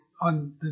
on